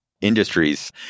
industries